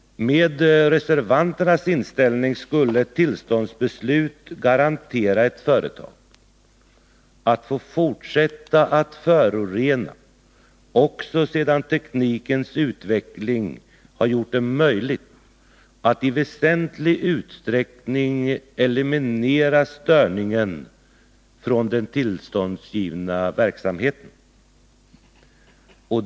Med reservanternas inställning skulle ett tillståndsbeslut garantera ett företag att få fortsätta att förorena också sedan teknikens utveckling har gjort det möjligt att i väsentlig utsträckning eliminera störningen från den verksamhet som det getts tillstånd för.